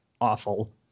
awful